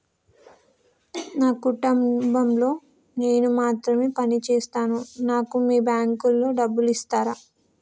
నా కుటుంబం లో నేను మాత్రమే పని చేస్తాను నాకు మీ బ్యాంకు లో డబ్బులు ఇస్తరా?